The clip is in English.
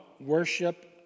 worship